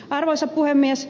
arvoisa puhemies